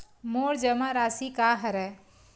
मोर जमा राशि का हरय?